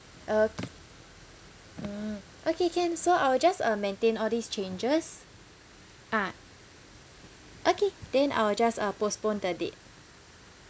okay mm okay can so I will just uh maintain all these changes ah okay then I will just uh postpone the date